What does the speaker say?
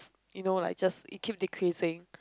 you know like just it keep decreasing